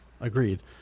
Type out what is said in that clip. Agreed